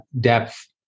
depth